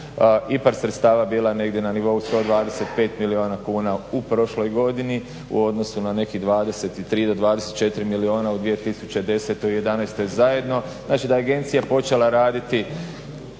IPARD sredstava bila negdje na nivou 125 milijuna kuna u prošloj godini u odnosu na nekih 23 do 24 milijuna u 2010. i 2011. zajedno, znači da je agencija počela raditi